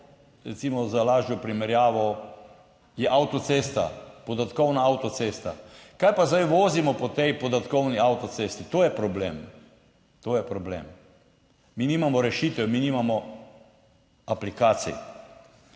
recimo za lažjo primerjavo, je avtocesta podatkovna avtocesta. Kaj pa zdaj vozimo po tej podatkovni avtocesti? To je problem. To je problem. Mi nimamo rešitev, mi nimamo aplikacij.